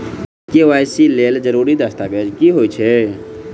KYC लेल जरूरी दस्तावेज की होइत अछि?